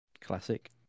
Classic